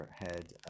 head